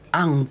ang